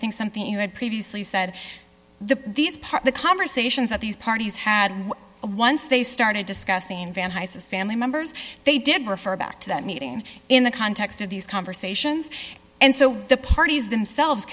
think something you had previously said the these part the conversations that these parties had once they started discussing van high says family members they did refer back to that meeting in the context of these conversations and so the parties themselves